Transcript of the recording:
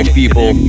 people